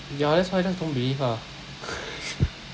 ya that's why just don't believe ah